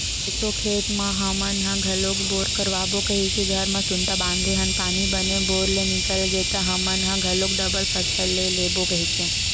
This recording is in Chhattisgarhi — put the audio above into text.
एसो खेत म हमन ह घलोक बोर करवाबो कहिके घर म सुनता बांधे हन पानी बने बोर ले निकल गे त हमन ह घलोक डबल फसल ले लेबो कहिके